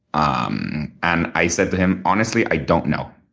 um and i said to him, honestly, i don't know.